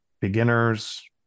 beginners